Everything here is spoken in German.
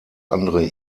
andere